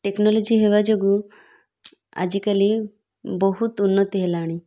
technology ହେବା ଯୋଗୁଁ ଆଜିକାଲି ବହୁତ ଉନ୍ନତି ହେଲାଣି